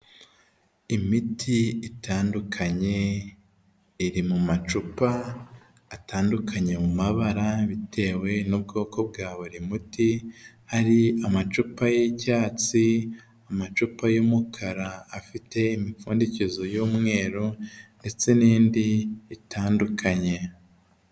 Imiti itandukanye, iri mu macupa atandukanye mu mabara bitewe n'ubwoko bwa buri muti, hari amacupa y'icyatsi, amacupa y'umukara afite imipfundikizo y'umweru ndetse n'indi itandukanye.